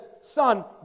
Son